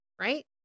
right